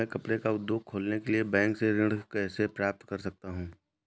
मैं कपड़े का उद्योग खोलने के लिए बैंक से ऋण कैसे प्राप्त कर सकता हूँ?